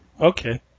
okay